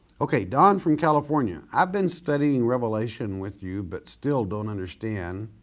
okay don from california, i've been studying revelation with you but still don't understand